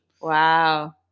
Wow